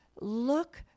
Look